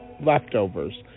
leftovers